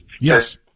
Yes